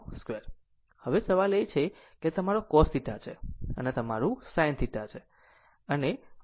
આમ હવે સવાલ એ છે કે આ તમારો cos θ છે આ તમારું sin θ છે